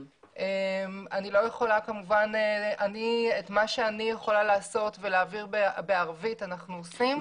את מה שאני יכולה לעשות ולהעביר בערבית אנחנו עושים.